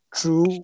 true